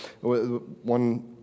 One